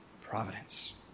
providence